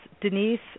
Denise